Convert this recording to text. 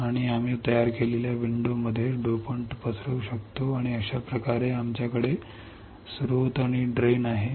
आणि आम्ही तयार केलेल्या विंडोमध्ये डोपंट पसरवू शकतो आणि अशा प्रकारे आमच्याकडे स्त्रोत आणि ड्रेन आहे